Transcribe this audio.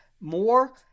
more